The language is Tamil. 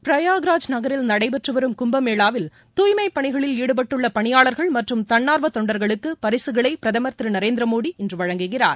பிராயாக்ராஜ் நகரில் நடைபெற்றுவரும் கும்பமேளாவில் தூய்மைப் பணிகளில் ஈடுபட்டுள்ள பணியாளர்கள் மற்றும் தன்னார்வ தொண்டர்களுக்கு பரிசுகளை பிரதமர் திரு நரேந்திரமோடி இன்று வழங்குகிறார்